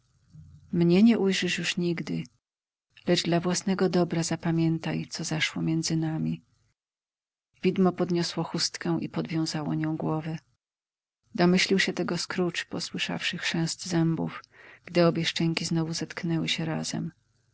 mnie nie ujrzysz już nigdy lecz dla własnego dobra zapamiętaj co zaszło między nami widmo podniosło chustkę i podwiązało nią głowę domyślił się tego scrooge posłyszawszy chrzęst zębów gdy obie szczęki znowu zetknęły się razem